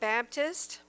Baptist